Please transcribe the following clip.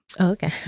Okay